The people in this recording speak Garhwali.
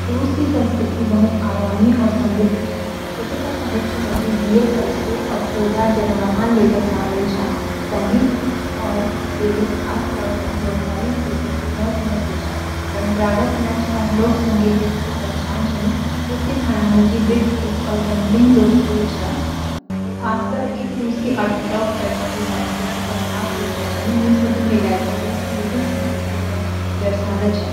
रूस की संस्कृति बहुत अयामी और समृद्ध छा। यख का साहित्य माजी लियो टलस्टे और फ्योदोर जना महान लेखक शामिल छ। संगीत और बेले, खास तोर पर बोत्शाई थियेतर कू बहुत महतवा छ। परंपरागत नच और लोक संगीत यख की पहचान छन। रूसी खाना माजी बिट सूप और डम्पलिंग लोकप्रिय छ। खास कर इक रूसी आर्थोडक्स चर्च की संस्कृति का खास हिसा छन। यु सभ मिले रूस की विविध संस्कृति ते दर्शनदा छन।